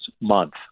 month